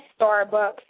Starbucks